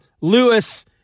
Lewis